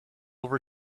over